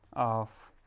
of